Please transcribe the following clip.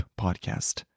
podcast